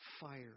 fire